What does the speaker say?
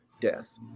death